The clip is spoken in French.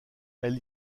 elle